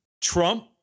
Trump